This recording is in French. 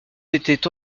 étaient